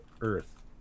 earth